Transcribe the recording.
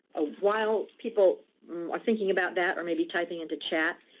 ah while people are thinking about that or maybe typing into chat,